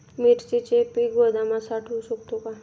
मिरचीचे पीक गोदामात साठवू शकतो का?